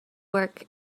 work